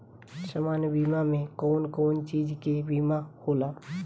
सामान्य बीमा में कवन कवन चीज के बीमा होला?